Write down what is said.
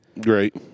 Great